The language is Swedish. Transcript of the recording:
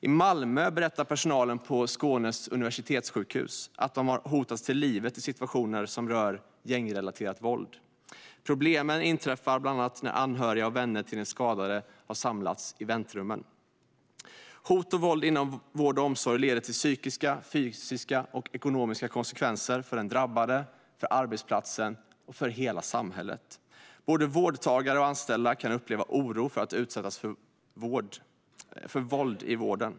I Malmö berättar personalen på Skånes universitetssjukhus att de har hotats till livet i situationer som rör gängrelaterat våld. Problemen inträffar bland annat när anhöriga och vänner till den skadade samlas i väntrummen. Hot och våld inom vård och omsorg leder till psykiska, fysiska och ekonomiska konsekvenser för den drabbade, för arbetsplatsen och för hela samhället. Både vårdtagare och anställda kan uppleva oro för att utsättas för våld i vården.